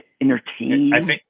entertain